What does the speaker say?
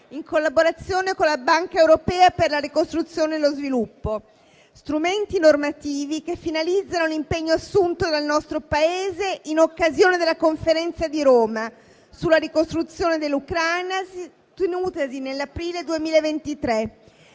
in collaborazione con la Banca europea per la ricostruzione e lo sviluppo. Si tratta di strumenti normativi che finalizzano l'impegno assunto dal nostro Paese in occasione della Conferenza di Roma sulla ricostruzione dell'Ucraina, tenutasi nell'aprile 2023.